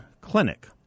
Clinic